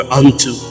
unto